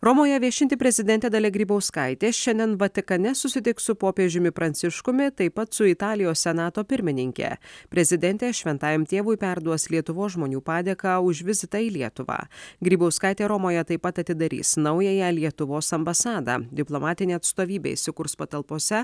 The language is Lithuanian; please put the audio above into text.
romoje viešinti prezidentė dalia grybauskaitė šiandien vatikane susitiks su popiežiumi pranciškumi taip pat su italijos senato pirmininke prezidentė šventajam tėvui perduos lietuvos žmonių padėką už vizitą į lietuvą grybauskaitė romoje taip pat atidarys naująją lietuvos ambasadą diplomatinė atstovybė įsikurs patalpose